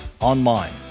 online